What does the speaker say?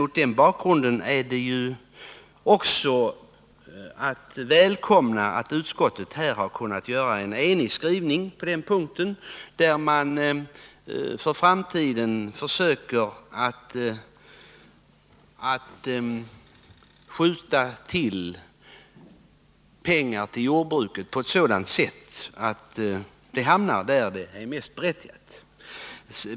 Mot den bakgrunden är det också att välkomna att utskottet kunnat göra en enig skrivning på den punkten med förslag om att pengar skall skjutas till jordbruken på ett sådant sätt att de hamnar där de är mest berättigade.